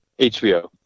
HBO